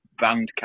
Bandcamp